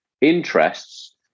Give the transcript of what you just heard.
Interests